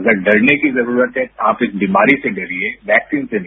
अगर डरने की जरूरत है आप इस बीमारी से डरिए वैक्सीन से नहीं